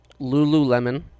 Lululemon